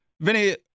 Vinny